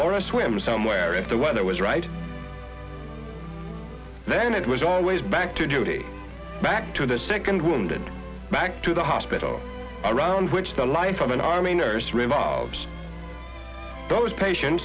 or a swim somewhere if the weather was right then it was always back to duty back to the second wounded back to the hospital around which the life of an army nurse revolves those patients